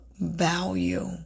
value